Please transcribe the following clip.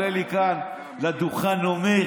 עולה לי לכאן לדוכן ואומר: